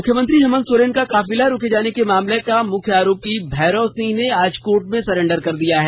मुख्यमंत्री हेमंत सोरेन का काफिला रोके जाने के मामले का मुख्य आरोपी भैरव सिंह ने आज कोर्ट में सरेंडर कर दिया है